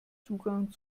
zugang